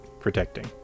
protecting